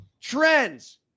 trends